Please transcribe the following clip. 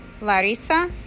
Larissa